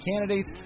candidates